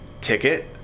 ticket